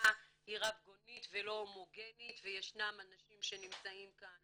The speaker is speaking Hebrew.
הקהילה היא רב גונית ולא הומוגנית וישנם אנשים שנמצאים כאן